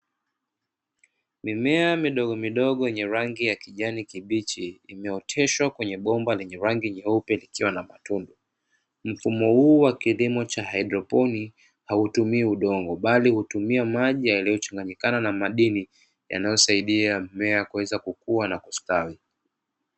Mimea midogo midogo yenye rangi ya kijani kibichi imeoteshwa kwenye bomba lenye rangi nyeupe likiwa na matundu, mfumo huu wa kilimo cha haidroponi hautumii udongo bali hutumia maji yaliyochanganyikana na madini yanayosaidia mimea kuweza kukua na kustawi.